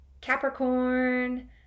Capricorn